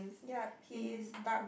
yeap he is dark